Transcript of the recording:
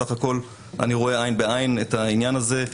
בסך הכול אני רואה עין בעין את העניין הזה,